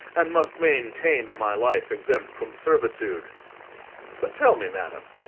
and must maintain my life exempt from servitude but, tell me, madam,